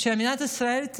שמדינת ישראל,